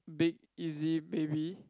big easy baby